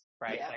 right